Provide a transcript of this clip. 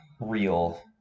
real